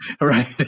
Right